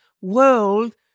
world